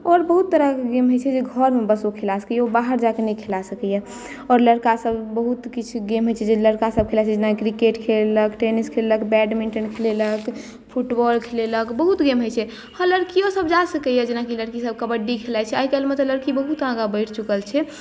आओर बहुत तरहके गेम होइत छै जे घरमे बस ओ खेला सकैए ओ बाहर जा कऽ नहि खेला सकैए आओर लड़कासभ बहुत किछु गेम होइत छै जे लड़कासभ खेलाइत छै जेना क्रिकेट खेलेलक टेनिस खेलेलक बैडमिण्टन खेलेलक फुटबॉल खेलेलक बहुत गेम होइत छै हँ लड़कियोसभ जा सकैए जेनाकि लड़कीसभ कबड्डी खेलाइत छै आइकाल्हिमे तऽ लड़की बहुत आगाँ बढ़ि चुकल छै